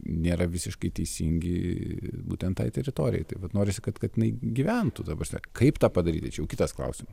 nėra visiškai teisingi būtent tai teritorijai tai vat norisi kad kad jinai gyventų ta prasme kaip tą padaryti čia jau kitas klausimas